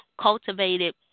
cultivated